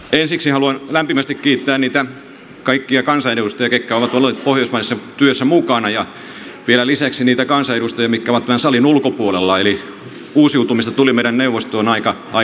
ensiksi haluan lämpimästi kiittää niitä kaikkia kansanedustajia ketkä ovat olleet pohjoismaisessa työssä mukana ja vielä lisäksi niitä kansanedustajia mitkä ovat tämän salin ulkopuolella eli uusiutumista tuli meidän neuvostoon aika paljon